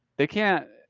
they can't.